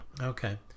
Okay